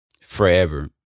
forever